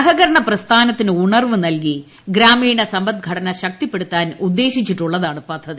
സഹകരണ പ്രസ്ഥാനത്തിന് ഉണർവ്വ് നൽകി ഗ്രാമീണ സമ്പദ്ഘടന ശക്തിപ്പെടുത്താൻ ഉദ്ദേശിച്ചിട്ടുള്ളതാണ് പദ്ധതി